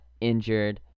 injured